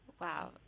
Wow